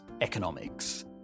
economics